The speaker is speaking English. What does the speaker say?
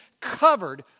covered